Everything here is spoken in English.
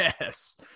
yes